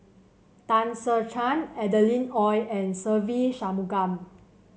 Tan Ser Cher Adeline Ooi and Se Ve Shanmugam